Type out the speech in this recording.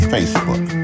Facebook